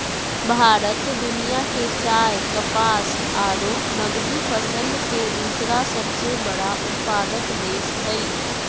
भारत दुनिया के चाय, कपास आरो नगदी फसल के दूसरा सबसे बड़ा उत्पादक देश हई